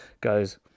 goes